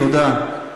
תודה,